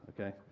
okay